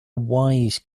wise